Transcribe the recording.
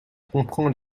comprend